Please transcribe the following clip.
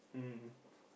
mm